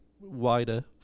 wider